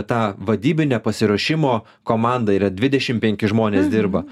tą vadybinę pasiruošimo komandą yra dvidešimt penki žmonės dirba